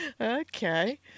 Okay